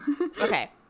Okay